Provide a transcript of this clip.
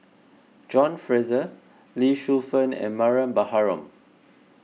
John Fraser Lee Shu Fen and Mariam Baharom